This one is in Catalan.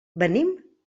venim